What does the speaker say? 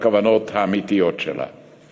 עמדות היו